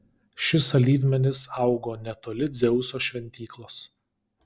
šis alyvmedis augo netoli dzeuso šventyklos